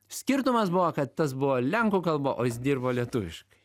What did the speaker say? skirtumas buvo kad tas buvo lenkų kalba o jis dirbo lietuviškai